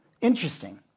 Interesting